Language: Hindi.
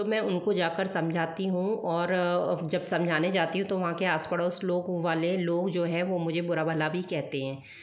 तो मैं उनको जाकर समझाती हूँ और जब समझाने जाती हूँ तो वहाँ के आस पड़ोस लोग वाले लोग जो है वह मुझे बुरा भला भी कहते हैं